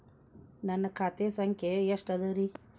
ನನ್ನ ಖಾತೆ ಸಂಖ್ಯೆ ಎಷ್ಟ ಅದರಿ?